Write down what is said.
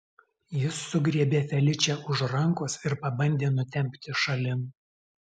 jis sugriebė feličę už rankos ir pabandė nutempti šalin